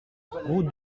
route